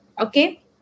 okay